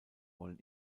wollen